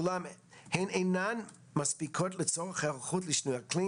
אולם הן אינן מספיקות לצורך היערכות לשינוי אקלים.